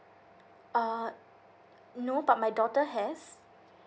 uh no but my daughter has